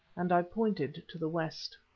and i pointed to the west.